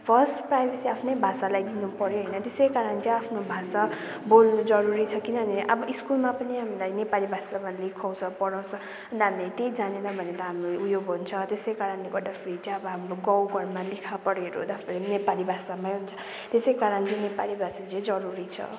first privacy आफ्नै भाषालाई दिनुपर्यो होइन त्यसै कारण चाहिँ आफ्नो भाषा बोल्नु जरुरी छ किनभने अब स्कुलमा पनि हामीलाई नेपाली भाषामा लेखाउँछ पढाउँछ उनीहरूले त्यही जानेन भने त अब हाम्रो उयो हुन्छ त्यसै कारणले गर्दाखेरि चाहिँ अब हाम्रो गाउँघरमा लेखापढीहरू हुँदाखेरि नेपाली भाषामै हुन्छ त्यसै कारण चाहिँ नेपाली भाषा चाहिँ जरुरी छ